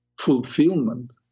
fulfillment